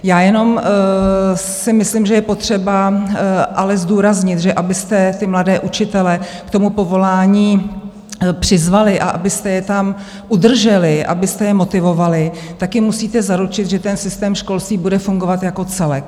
Já jenom si myslím, že je potřeba ale zdůraznit, že abyste mladé učitele k tomu povolání přizvali a abyste je tam udrželi, abyste je motivovali, tak jim musíte zaručit, že systém školství bude fungovat jako celek.